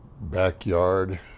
backyard